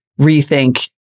rethink